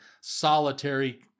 solitary